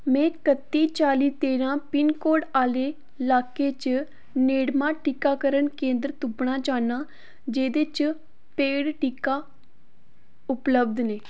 में कत्ती चाली तेरां पिनकोड आह्ले लाके च नेड़मा टीकाकरण केंदर तुप्पना चाह्न्नां जेह्दे च पेड टीका उपलब्ध न